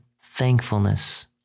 thankfulness